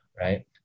right